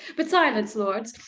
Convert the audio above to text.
but silence lords,